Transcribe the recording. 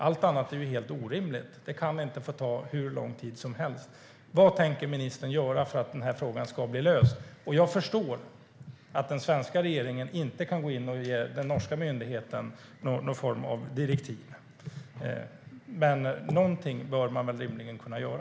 Allt annat är helt orimligt. Det kan inte få ta hur lång tid som helst. Vad tänker ministern göra för att den här frågan ska bli löst? Jag förstår att den svenska regeringen inte kan gå in och ge den norska myndigheten någon form av direktiv. Men någonting bör man rimligen kunna göra.